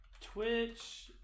Twitch